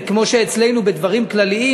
כמו שאצלנו בדברים כלליים,